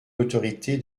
l’autorité